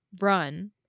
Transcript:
run